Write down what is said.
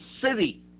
City